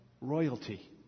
Royalty